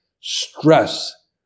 stress